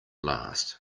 last